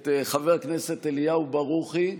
את חבר הכנסת אליהו ברוכי.